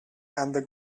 and